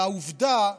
והעובדה,